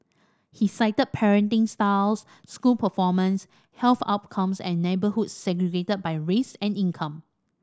he cited parenting styles school performance health outcomes and neighbourhoods segregated by race and income